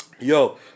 Yo